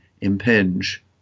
impinge